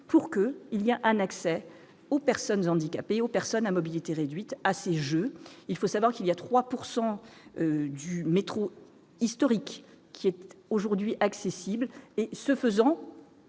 pour que il y a un accès aux personnes handicapées aux personnes à mobilité réduite à ces jeux, il faut savoir qu'il y a 3 pourcent du métro historique qui était aujourd'hui accessible et ce faisant.